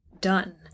done